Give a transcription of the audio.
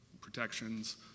protections